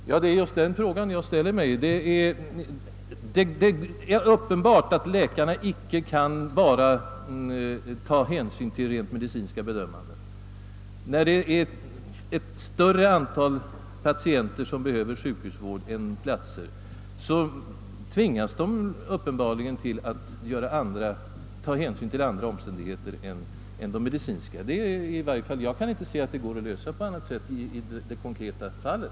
Herr talman! Det är just den frågan jag ställer mig. Det är uppenbart att läkarna inte enbart kan ta hänsyn till rent medicinska förhållanden. När ett större antal patienter behöver sjukhusvård än det finns platser för tvingas de uppenbarligen att överväga även andra omständigheter. Jag kan inte se att de har någon annan möjlighet i det konkreta fallet.